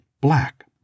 black